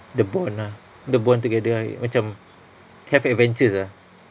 the bond ah the bond together ah macam have adventures ah